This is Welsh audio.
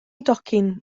docyn